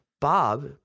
Bob